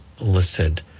listed